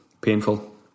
painful